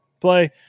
play